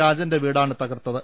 രാജന്റെ വീടാണ് തകർത്തത്